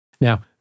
Now